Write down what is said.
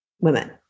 women